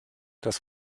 das